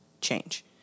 change